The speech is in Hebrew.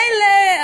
מילא,